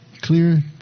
clear